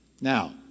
Now